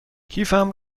کیفم